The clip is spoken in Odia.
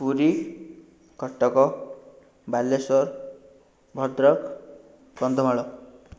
ପୁରୀ କଟକ ବାଲେଶ୍ୱର ଭଦ୍ରକ କନ୍ଧମାଳ